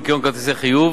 ניכיון כרטיסי חיוב),